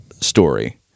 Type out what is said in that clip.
story